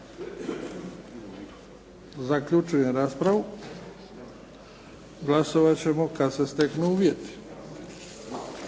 Zaključujem raspravu. Glasovat ćemo kad se steknu uvjeti.